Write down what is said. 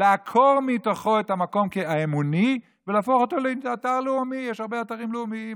לעקור מתוכו את המקום האמוני ולהפוך אותו לאתר לאומי.